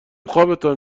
خوابتان